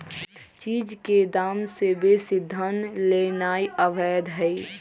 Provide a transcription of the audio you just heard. चीज के दाम से बेशी धन लेनाइ अवैध हई